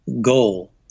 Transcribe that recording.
goal